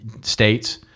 States